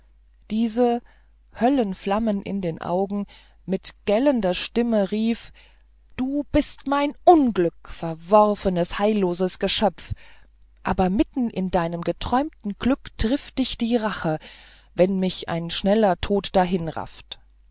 diese höllenflammen in den augen mit gellender stimme rief du bist mein unglück verworfenes heilloses geschöpf aber mitten in deinem geträumten glück trifft dich die rache wenn mich ein schneller tod